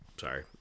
Sorry